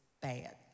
bad